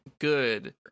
good